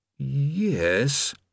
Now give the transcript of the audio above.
Yes